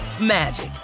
magic